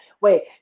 Wait